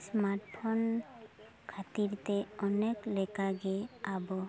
smartphone ᱠᱷᱟᱹᱛᱤᱨ ᱛᱮ ᱚᱱᱮᱠ ᱞᱮᱠᱟᱜᱮ ᱟᱵᱚ